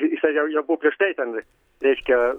jisai jau jau buvo prieš tai ten reiškia